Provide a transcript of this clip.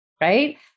right